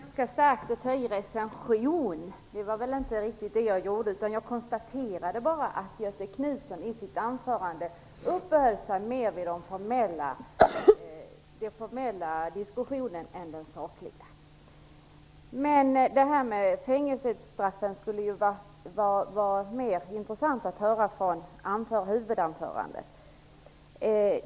Fru talman! Det var väl ganska starkt att ta i med "recension". Det var väl inte det jag gjorde. Jag konstaterade bara att Göte Knutson i sitt anförande mer uppehöll sig vid den formella diskussionen än vid den sakliga. Det hade varit intressant att höra mer om det här med fängelsestraffen i huvudanförandet.